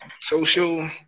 social